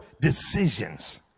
decisions